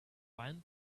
land